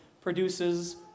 produces